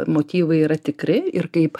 motyvai yra tikri ir kaip